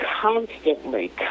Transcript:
constantly